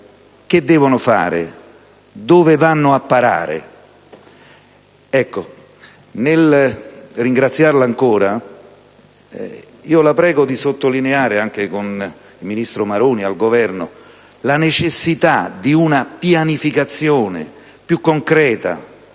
che devono fare, dove vanno a parare?